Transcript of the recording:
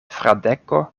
fradeko